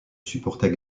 supportait